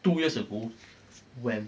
two years ago when